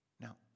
Now